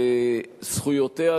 זכויותיה,